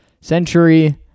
century